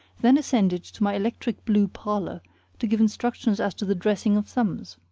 then ascended to my electric-blue parlor to give instructions as to the dressing of thumbs.